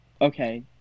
Okay